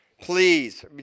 Please